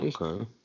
Okay